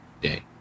Day